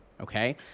Okay